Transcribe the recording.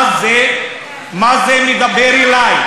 מה זה מדבר אלי?